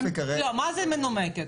לא, מה זה מנומקת?